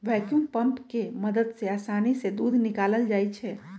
vacuum pump के मदद से आसानी से दूध निकाकलल जाइ छै